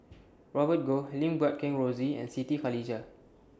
Robert Goh Lim Guat Kheng Rosie and Siti Khalijah